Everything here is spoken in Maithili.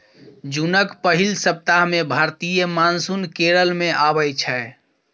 जुनक पहिल सप्ताह मे भारतीय मानसून केरल मे अबै छै